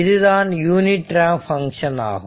இதுதான் unit ramp function ஆகும்